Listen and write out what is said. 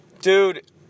Dude